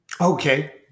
Okay